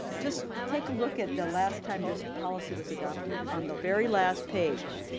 just take a look at the last time this policy was adopted on the very last page.